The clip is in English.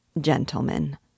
gentlemen